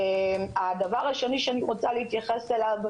דבר נוסף שאני רוצה להתייחס אליו,